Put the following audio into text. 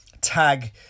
tag